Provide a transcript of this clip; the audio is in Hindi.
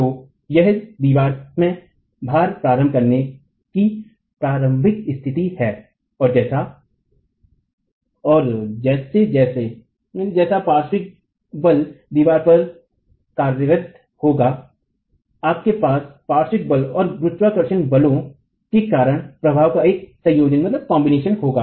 तो यह दीवार में भार प्रारंभ करने की प्रारंभिक स्थिति है और जैसा जैसे पार्श्विक बल दीवार पर कार्यरत होगा आपके पास पार्श्विक बल और गुरुत्वाकर्षण बलों के कारण प्रभावों का एक संयोजन होगा